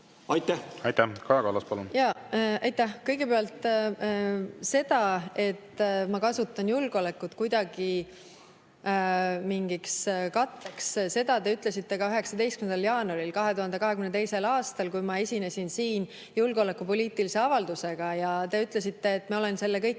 Aitäh! Kaja Kallas, palun! Aitäh! Kõigepealt, seda, et ma kasutan julgeolekut kuidagi mingiks katteks, te ütlesite ka 19. jaanuaril 2022. aastal, kui ma esinesin siin julgeolekupoliitilise avaldusega. Te ütlesite, et ma olen selle kõik